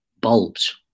bulbs